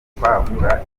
kwagura